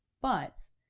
but,